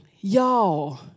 Y'all